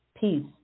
peace